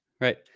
right